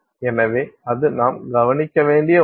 எனவே அது நாம் கவனிக்க வேண்டிய ஒன்று